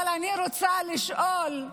אבל אני רוצה לשאול: